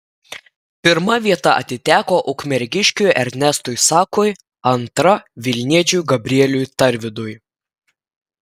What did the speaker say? pirma vieta atiteko ukmergiškiui ernestui sakui antra vilniečiui gabrieliui tarvidui